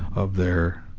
of their,